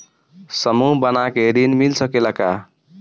समूह बना के ऋण मिल सकेला का?